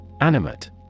Animate